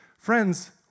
Friends